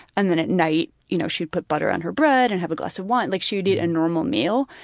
and then at night, you know, she'd put butter on her bread and have a glass of wine. like she would eat a normal meal,